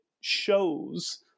shows